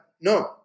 No